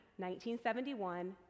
1971